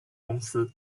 公司